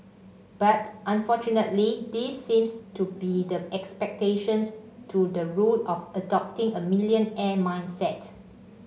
but unfortunately these seems to be the exceptions to the rule of adopting a millionaire mindset